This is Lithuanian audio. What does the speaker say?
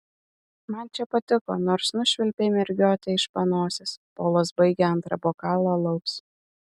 man čia patiko nors nušvilpei mergiotę iš panosės polas baigė antrą bokalą alaus